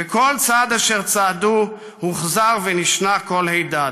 וכל צעד אשר צעדו הוחזר ונשנה קול הידד".